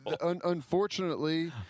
unfortunately